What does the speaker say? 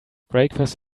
breakfast